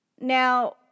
Now